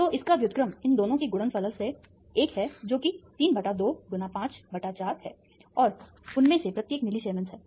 तो इसका व्युत्क्रम इन दोनों के गुणनफल से 1 है जो कि 3 बटा 2 गुना 5 बटा 4 है और उनमें से प्रत्येक मिलिसिएमेंस है